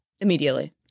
Immediately